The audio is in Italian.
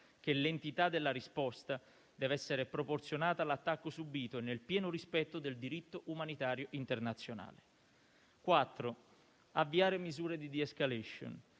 che l'entità della risposta deve essere proporzionata all'attacco subito, nel pieno rispetto del diritto umanitario internazionale. Quarto punto: avviare misure di de-escalation.